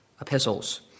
epistles